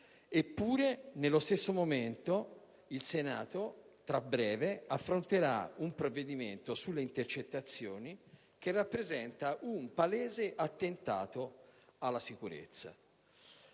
Eppure, nello stesso momento, il Senato affronterà tra breve un provvedimento sulle intercettazioni che rappresenta un palese attentato alla sicurezza.